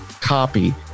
copy